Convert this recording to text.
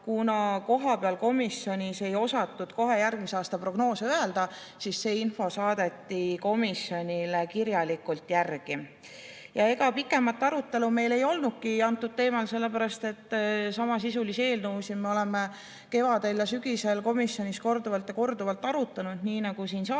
nende kohta komisjonis ei osatud kohe järgmise aasta prognoosi öelda, siis see info saadeti komisjonile kirjalikult järele. Ja ega pikemat arutelu meil ei olnudki antud teemal, sellepärast et samasisulisi eelnõusid me oleme kevadel ja sügisel komisjonis korduvalt ja korduvalt arutanud, nii nagu siin saalis